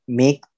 make